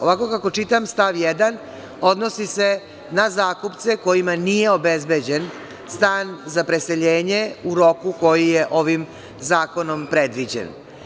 Ovako kako čitam stav 1. odnosi se na zakupce kojima nije obezbeđen stan za preseljenje u roku koji je ovim zakonom predviđen.